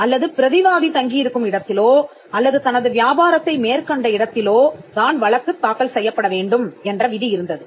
அல்லது பிரதிவாதி தங்கியிருக்கும் இடத்திலோ அல்லது தனது வியாபாரத்தை மேற்கண்ட இடத்திலோ தான் வழக்குத் தாக்கல் செய்யப்பட வேண்டும் என்ற விதி இருந்தது